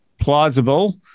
plausible